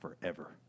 forever